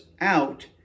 out